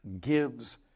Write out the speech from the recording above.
gives